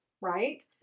right